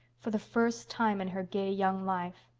for the first time in her gay young life,